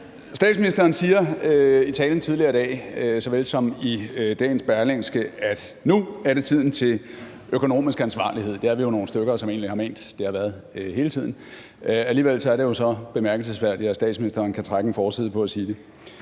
Statsministeren sagde såvel i sin tale tidligere i dag som i dagens Berlingske, at nu er det tiden til økonomisk ansvarlighed. Det er vi nogle stykker der egentlig har ment det har været hele tiden. Alligevel er det så bemærkelsesværdigt, at statsministeren kan trække en forside på at sige det.